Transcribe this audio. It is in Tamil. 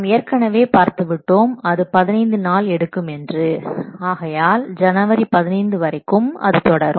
நாம் ஏற்கனவே பார்த்துவிட்டோம் அது பதினைந்து நாள் எடுக்கும் என்று ஆகையால் ஜனவரி 15 வரைக்கும் அது தொடரும்